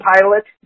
Pilot